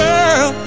Girl